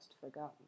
forgotten